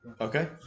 Okay